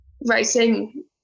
racing